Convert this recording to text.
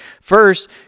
First